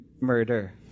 murder